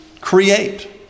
create